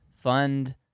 fund